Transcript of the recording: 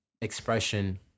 expression